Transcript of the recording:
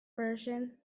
version